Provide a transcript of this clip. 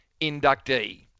inductee